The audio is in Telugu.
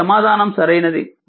ఈ సమాధానం సరైనది